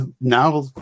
now